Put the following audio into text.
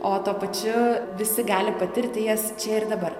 o tuo pačiu visi gali patirti jas čia ir dabar